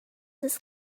this